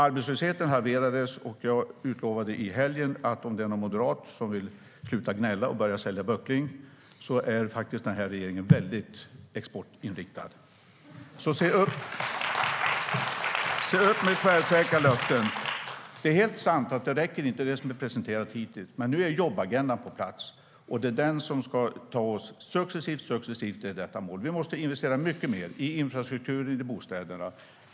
Arbetslösheten halverades, och jag utlovade i helgen att om någon moderat vill sluta gnälla och börja sälja böckling är den här regeringen väldigt exportinriktad. Se upp med tvärsäkra löften! Det är helt sant att det som är presenterat hittills inte räcker. Men nu är jobbagendan på plats, och det är den som ska ta oss successivt till detta mål. Vi måste investera mycket mer i infrastruktur, i bostäder.